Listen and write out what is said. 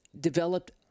developed